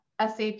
sap